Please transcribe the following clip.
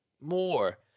more